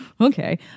okay